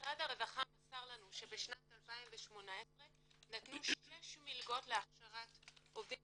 משרד הרווחה מסר לנו שבשנת 2018 נתנו שש מלגות להכשרת עובדים